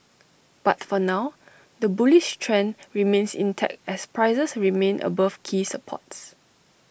but for now the bullish trend remains intact as prices remain above key supports